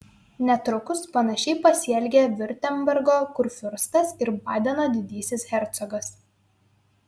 netrukus panašiai pasielgė viurtembergo kurfiurstas ir badeno didysis hercogas